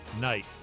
night